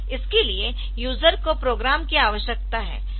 इसके लिए यूजर को प्रोग्राम की आवश्यकता है